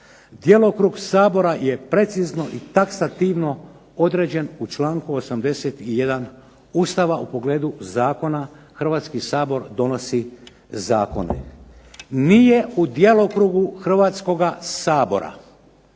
Djelokrug Sabora je precizno i taksativno određen u članku 81. Ustava u pogledu zakona, Hrvatski sabor donosi zakone. Nije u djelokrugu Hrvatskoga sabora